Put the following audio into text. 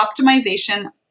optimization